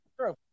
True